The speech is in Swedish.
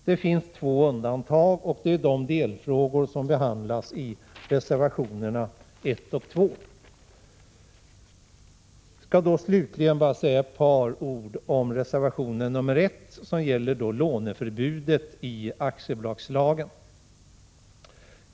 Det finns två undantag, och det är de delfrågor som behandlas i reservationerna 1 och 2. Jag skall slutligen säga ett par ord om reservation 1, som gäller låneförbudet i aktiebolagslagen.